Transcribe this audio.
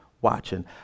watching